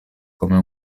come